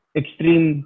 extreme